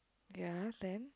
ya then